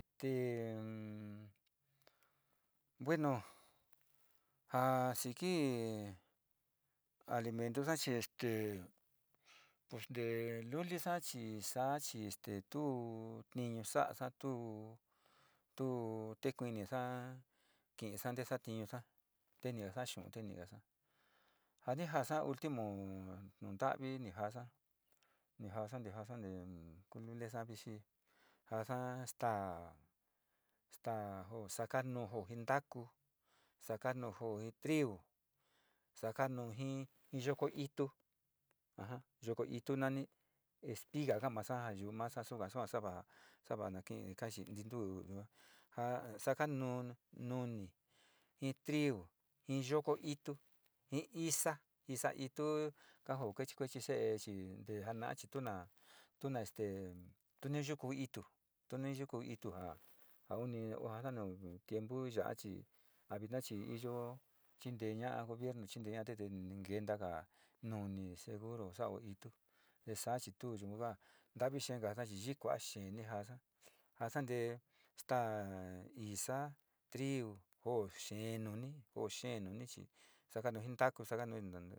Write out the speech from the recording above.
Te, bueno ja siki alimenlusa chi te, pos lulisa chi saa chi este tu tiñu sa'asa tu te kunisaz ki'isa teesa, satinusa tu ñigasa xu'un tu ñigasa ja ni jasa último nu ntavi ni jasa ni jasa ni jasa ku lulesa vixi jaasa staaz staa jo sakanu ji ntaku saka nu ji viu, sakanu ji yoko itu yoko itu nani espiga ka'a masa yu'u masa suka saa suasa va na kii kasi ntituu ka sakanu nuniji triu ji yoko itu ji isa, isa itu ka jao ja kuechi se'e chi te jana'a chi tu na este tu ni yuku itu, tu yuku itu ja, ja ani ja ka nu nu tiempu ya'achi a vina chi to chinte ñaa gobiernu, chintee ña, te ninkenta taka nuni seguro, sao itu te saa chi tu yaga ntavi xee takachi yikua xee ni jaasa jasa ntee staa isaa, triu jo xee nuni, jo xee nuni sakanu xaa jintaku.